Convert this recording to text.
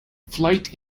flight